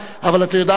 אבל את יודעת מה,